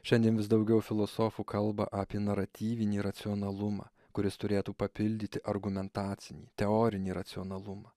šiandien vis daugiau filosofų kalba apie naratyvinį racionalumą kuris turėtų papildyti argumentacinį teorinį racionalumą